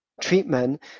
treatment